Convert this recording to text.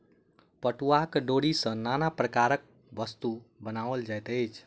पटुआक डोरी सॅ नाना प्रकारक वस्तु बनाओल जाइत अछि